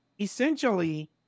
essentially